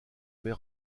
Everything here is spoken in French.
mer